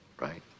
Right